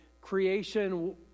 creation